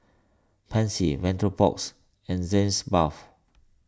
Pansy Vapodrops and Sitz Bath